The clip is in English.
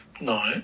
No